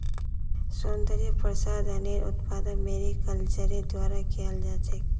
सौन्दर्य प्रसाधनेर उत्पादन मैरीकल्चरेर द्वारा कियाल जा छेक